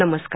नमस्कार